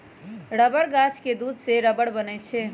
rubber गाछ के दूध से रबर बनै छै